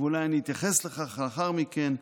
אולי אני אתייחס לכך לאחר מכן.